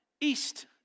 east